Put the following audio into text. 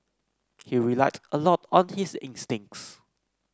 he relied a lot on his instincts